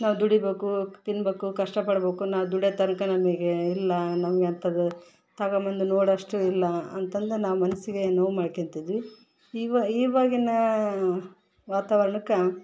ನಾವು ದುಡಿಬೇಕು ತಿನ್ಬೇಕು ಕಷ್ಟ ಪಡ್ಬೇಕು ನಾವು ದುಡಿಯೋ ತನಕ ನಮಗೇ ಇಲ್ಲ ನಮ್ಗೆಂತದು ತಗೋಬಂದ್ ನೋಡುವಷ್ಟು ಇಲ್ಲ ಅಂತಂದು ನಾವು ಮನಸಿಗೆ ನೋವು ಮಾಡಿಕೊತಿದ್ವಿ ಇವ ಇವಾಗಿನ ವಾತಾವರಣಕ್ಕೆ